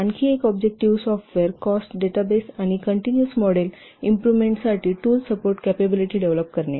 आणखी एक objective software cost database आणि काँटिनूस मॉडेल इम्प्रुव्हमेंट साठी टूल सपोर्ट कॅपॅबिलिटी डेव्हलप करणे